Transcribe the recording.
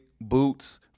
boots